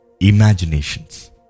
Imaginations